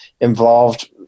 involved